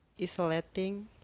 Isolating